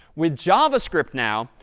with javascript, now,